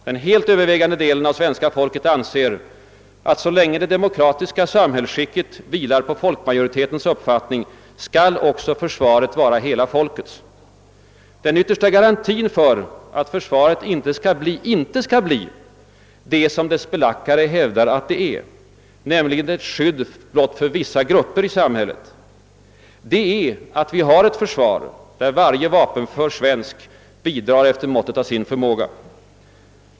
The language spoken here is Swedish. Den helt övervägande delen av svenska folket anser, att så länge det demokratiska samhällsskicket vilar på folkmajoritetens uppfattning skall också försvaret vara hela folkets. Den yttersta garantin för att försvaret inte skall bli det som dess belackare hävdar att det är, nämligen ett skydd blott för vissa gruppers intresse, är att vi har ett försvar där varje vapenför svensk bidrar efter måttet av sin förmåga.